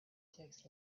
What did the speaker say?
takes